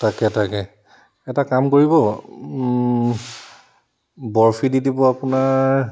তাকে তাকে এটা কাম কৰিব বৰ্ফি দি দিব আপোনাৰ